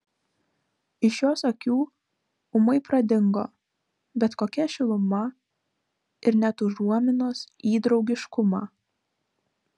iš jos akių ūmai pradingo bet kokia šiluma ir net užuominos į draugiškumą